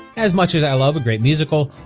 as much as i love a great musical,